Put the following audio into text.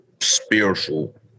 spiritual